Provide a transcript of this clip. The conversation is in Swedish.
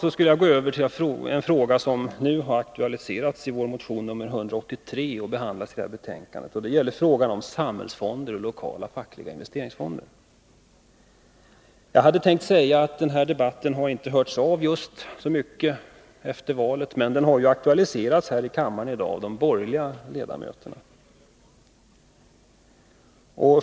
Jag vill gå över till en fråga som aktualiserats i vår motion 183 och behandlas i föreliggande betänkande. Det gäller frågan om samhällsfonder och lokala fackliga investeringsfonder. Jag hade tänkt säga att denna debatt inte har hörts av så mycket efter valet. Men saken har aktualiserats i kammaren av borgerliga ledamöter.